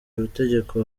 amategeko